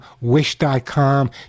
wish.com